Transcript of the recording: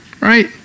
right